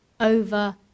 over